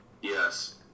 Yes